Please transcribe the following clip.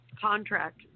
contract